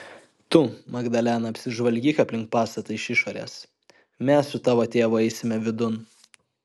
tu magdalena apsižvalgyk aplink pastatą iš išorės mes su tavo tėvu eisime vidun